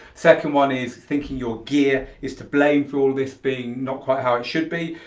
second one is thinking your gear is to blame for all this being not quite how it should be.